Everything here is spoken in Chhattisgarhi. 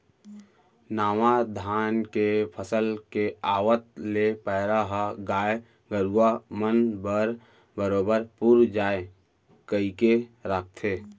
नावा धान के फसल के आवत ले पैरा ह गाय गरूवा मन बर बरोबर पुर जाय कइके राखथें